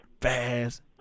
Fast